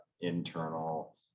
internal